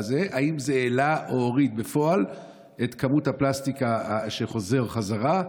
האם זה העלה או הוריד בפועל את כמות הפלסטיק שחוזרת חזרה?